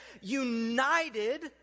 united